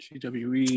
GWE